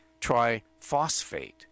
triphosphate